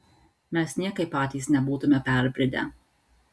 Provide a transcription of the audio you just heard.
mes niekaip patys nebūtume perbridę